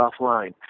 offline